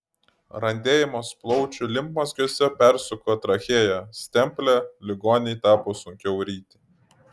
randėjimas plaučių limfmazgiuose persuko trachėją stemplę ligonei tapo sunkiau ryti